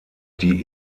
die